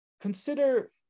consider